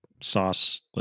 sauce